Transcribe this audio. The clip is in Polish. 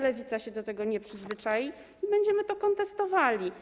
Lewica się do tego nie przyzwyczai i będziemy to kontestowali.